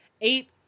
eight